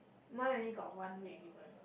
mine only got one red ribbon